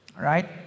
right